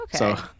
okay